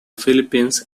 philippines